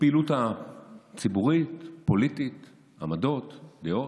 בפעילות הציבורית, פוליטית, עמדות, דעות.